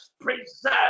preserve